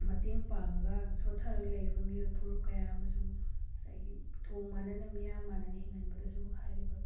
ꯃꯇꯦꯡ ꯄꯥꯡꯉꯒ ꯁꯣꯊꯔꯒ ꯂꯩꯔꯤꯕ ꯃꯤꯑꯣꯏ ꯐꯨꯔꯨꯞ ꯀꯌꯥ ꯑꯃꯁꯨ ꯉꯁꯥꯏꯒꯤ ꯊꯣꯡ ꯃꯅꯥꯅ ꯃꯤꯌꯥꯝ ꯃꯥꯅꯅ ꯍꯤꯡꯍꯟꯕꯗꯁꯨ ꯍꯥꯏꯔꯤꯕ